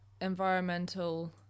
environmental